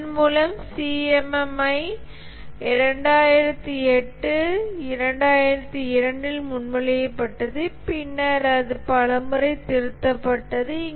இதன் மூலம் CMMI 2008 2002 இல் முன்மொழியப்பட்டது பின்னர் அது பல முறை திருத்தப்பட்டது